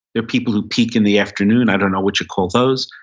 there are people who peak in the afternoon, i don't know what you call those.